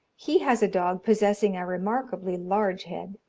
he has a dog possessing a remarkably large head,